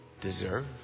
deserve